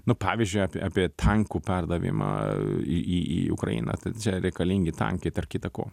nu pavyzdžiui apie apie tankų perdavimą į į į ukrainą tai čia reikalingi tankai tarp kita ko